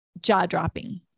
jaw-dropping